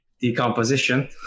decomposition